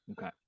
okay